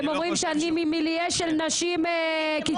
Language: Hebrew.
שהם אומרים שאני ממיליה של נשים קיצוניות,